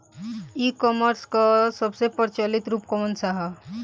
ई कॉमर्स क सबसे प्रचलित रूप कवन सा ह?